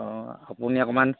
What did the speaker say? অঁ আপুনি অকণমান